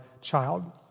child